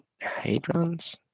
hadrons